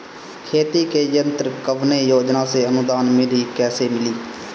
खेती के यंत्र कवने योजना से अनुदान मिली कैसे मिली?